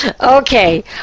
Okay